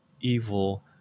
evil